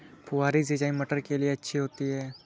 फुहारी सिंचाई मटर के लिए अच्छी होती है?